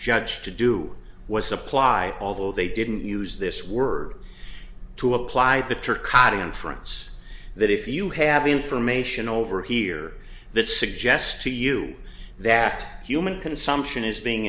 judge to do was apply although they didn't use this word to apply the trick caught inference that if you have information over here that suggests to you that human consumption is being